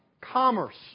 commerce